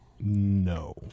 No